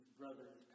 brothers